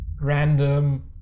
random